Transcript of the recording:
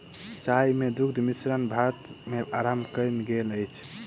चाय मे दुग्ध मिश्रण भारत मे आरम्भ कयल गेल अछि